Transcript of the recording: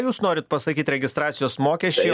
jūs norit pasakyt registracijos mokesčiai